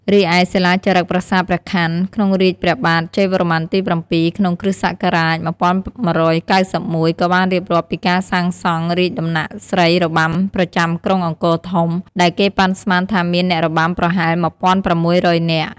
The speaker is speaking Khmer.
រីឯ សិលាចារឹកប្រាសាទព្រះខ័ន ក្នុងរាជ្យព្រះបាទ ជ័យវរ្ម័នទី៧ ក្នុង គ្រិស្តសករាជ ១១៩១ ក៏បានរៀបរាប់ពីការសាងសង់រាជដំណាក់ស្រីរបាំប្រចាំក្រុងអង្គរធំ ដែលគេប៉ាន់ស្មានថាមានអ្នករបាំប្រហែល ១៦០០ នាក់។